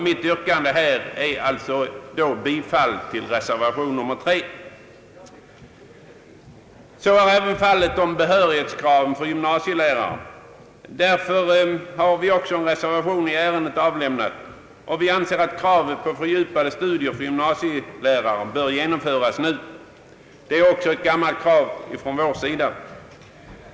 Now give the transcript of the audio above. Mitt yrkande är alltså bifall till reservation nr 3; I fråga om behörighetskraven för gymnasielärare har vi avlämnat en reservation. Vi anser att kravet på fördjupade studier för gymnasielärare bör tillgodoses nu. Det är ett gammalt krav från vår sida.